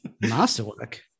Masterwork